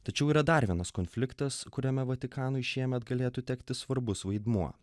tačiau yra dar vienas konfliktas kuriame vatikanui šiemet galėtų tekti svarbus vaidmuo